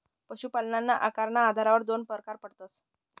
पशुपालनना आकारना आधारवर दोन परकार पडतस